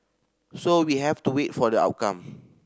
so we have to wait for the outcome